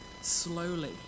slowly